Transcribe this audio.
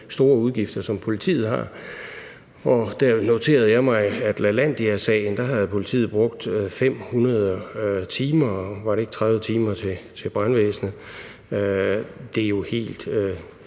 store udgifter, som politiet har, og der noterede jeg mig, at politiet i Lalandiasagen havde brugt 500 timer, og var det ikke 30 timer til brandvæsenet? Det er jo helt